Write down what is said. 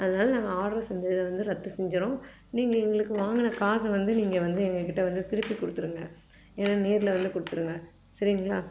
அதனால் நாங்கள் ஆர்டர் செஞ்சதை வந்து ரத்து செஞ்சுடுறோம் நீங்கள் எங்களுக்கு வாங்கின காசை வந்து நீங்கள் வந்து எங்கக்கிட்ட வந்து திருப்பி கொடுத்துருங்க இல்லைன்னா நேரில் வந்து கொடுத்துருங்க சரிங்களா